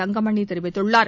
தங்கமணி தெரிவித்துள்ளார்